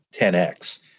10x